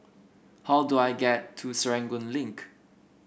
how do I get to Serangoon Link